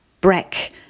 Breck